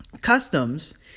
customs